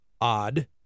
odd